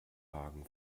hagen